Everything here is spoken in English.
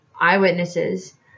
eyewitnesses